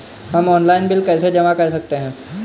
हम online bill कैसे जमा कर सकते हैं?